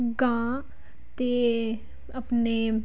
ਗਾਂ ਅਤੇ ਆਪਣੇ